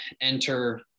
enter